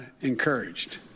encouraged